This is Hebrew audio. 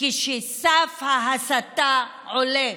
כשסף ההסתה עולה.